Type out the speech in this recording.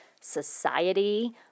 society